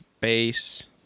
base